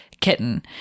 kitten